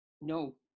No